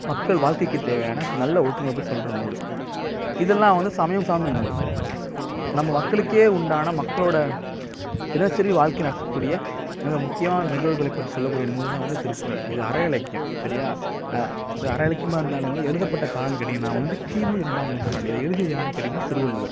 மக்கள் வாழ்க்கைக்கு தேவையான சில நல்ல ஒழுக்கங்களை பற்றி சொல்கிற நூல் இதெல்லாம் வந்து சமயம் சார்ந்த நூல் நம்ம மக்களுக்கே உண்டான மக்களோட தினசரி வாழ்க்கையில் நடக்கக்கூடிய மிக முக்கியமான நிகழ்வுகளை பற்றி சொல்லக்கூடிய நூல் தான் வந்து திருக்குறள் இது அற இலக்கியம் சரியா இது அற இலக்கியமாக இருந்தாலும் வந்து எழுதப்பட்ட காலம் கேட்டீங்கன்னால் வந்து கிமு இரண்டாம் நூற்றாண்டு இதை எழுதியது யாருன்னு கேட்டீங்கன்னால் திருவள்ளுவர்